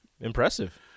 Impressive